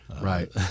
Right